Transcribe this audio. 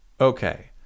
okay